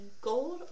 gold